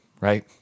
Right